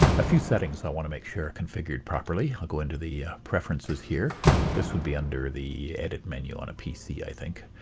a few settings i want to make sure are configured properly. going to the preferences here this would be under the edit menu on a pc i think